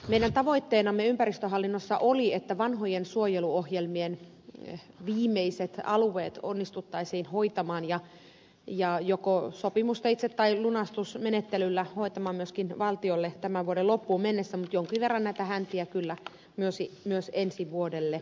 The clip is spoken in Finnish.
meidän tavoitteenamme ympäristöhallinnossa oli että vanhojen suojeluohjelmien viimeiset alueet onnistuttaisiin joko sopimusteitse tai lunastusmenettelyllä hoitamaan myöskin valtiolle tämän vuoden loppuun mennessä mutta jonkin verran näitä häntiä kyllä myös ensi vuodelle jää